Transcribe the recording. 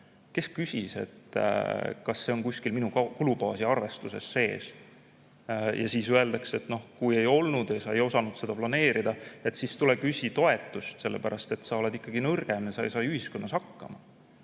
Kes küsis, kas see on kuskil mingi kulubaasi arvestuses sees? Ja siis öeldakse, et noh, kui ei olnud, sa ei osanud seda planeerida, siis tule küsi toetust, sellepärast et sa oled ikkagi nõrgem ja sa ei saa ühiskonnas hakkama.